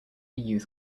youth